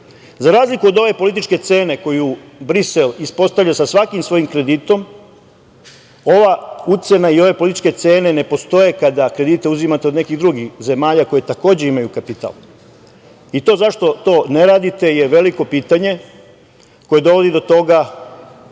razliku od ove političke cene koju Brisel ispostavlja sa svakim svojim kreditom, ova ucena i ove političke cene ne postoje kada kredite uzimate od nekih drugih zemalja koje, takođe, imaju kapital i to zašto to ne radite je veliko pitanje koje dovodi do toga